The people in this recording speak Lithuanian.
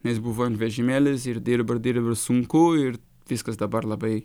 nes buvo vežimėlis ir dirba dirbi sunku ir viskas dabar labai